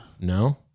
No